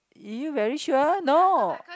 you very sure no